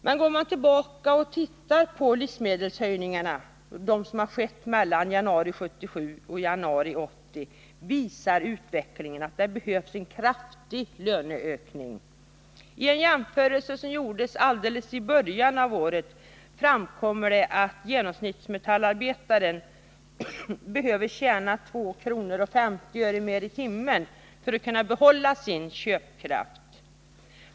Men går man tillbaka och tittar på de prishöjningar på livsmedel som skett mellan januari 1977 och januari 1980, finner man att det behövs en kraftig löneökning. Vid en jämförelse som gjordes alldeles i början av året framkom det att genomsnittsmetallarbetaren behöver tjäna 2:50 kr, mer i timmen för att behålla sin köpkraft.